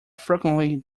frequently